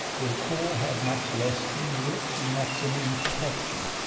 the poor have much less than the rich, and that's an imperfection.